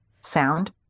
sound